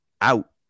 out